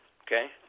okay